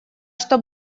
что